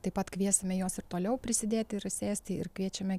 taip pat kviesime juos ir toliau prisidėti ir sėsti ir kviečiame